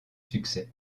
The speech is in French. succès